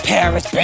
Paris